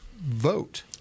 vote